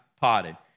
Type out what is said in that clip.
potted